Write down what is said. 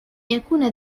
يكون